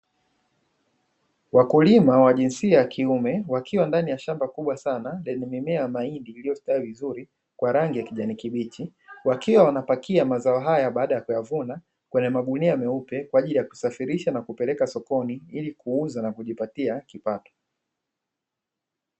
Wakulima wa jinsia ya kiume wakiwa ndani ya shamba kubwa sana, lenye mimea mahindi iliyostawi vizuri kwa rangi ya kijani kibichi, wakiwa wanapakia mazao haya baada ya kuyavuna kwenye magunia meupe kwa ajili ya kusafirisha na kupeleka sokoni, ili kuuza na kujipatia kipato.